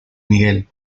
miguel